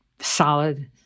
solid